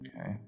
Okay